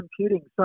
computing